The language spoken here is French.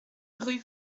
rue